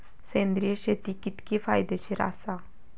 सेंद्रिय शेती कितकी फायदेशीर आसा?